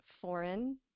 foreign